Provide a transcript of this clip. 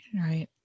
Right